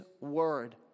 word